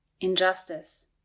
Injustice